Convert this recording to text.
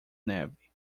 neve